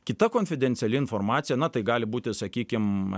kita konfidenciali informacija na tai gali būti sakykim